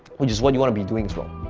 which is what you wanna be doing as well.